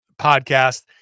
Podcast